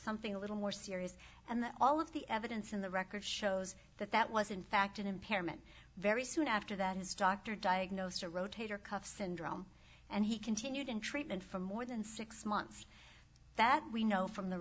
something a little more serious and that all of the evidence in the record shows that that was in fact an impairment very soon after that his doctor diagnosed a rotator cuff syndrome and he continued in treatment for more than six months that we know from the